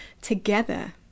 together